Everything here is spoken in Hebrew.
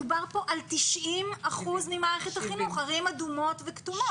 מדובר כאן על 90 אחוזים ממערכת החינוך בתוך ערים אדומות וכתומות.